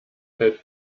fällt